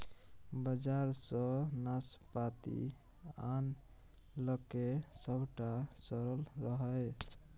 बजार सँ नाशपाती आनलकै सभटा सरल रहय